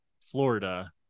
Florida